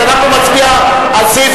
אנחנו נצביע על סעיף